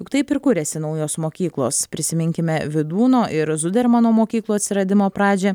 juk taip ir kuriasi naujos mokyklos prisiminkime vydūno ir zudermano mokyklų atsiradimo pradžią